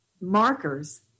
markers